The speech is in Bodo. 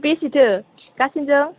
बेसेथो गासैनिजों